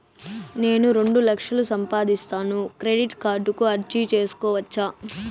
నేను రెండు లక్షలు సంపాదిస్తాను, క్రెడిట్ కార్డుకు అర్జీ సేసుకోవచ్చా?